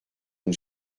une